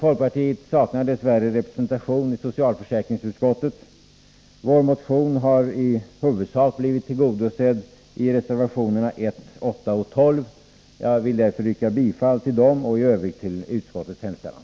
Folkpartiet saknar dess värre representation i socialförsäkringsutskottet. Vår motion har i huvudsak blivit tillgodosedd i reservationerna 1, 8 och 12. Jag vill därför yrka bifall till dem och i övrigt till utskottets hemställan.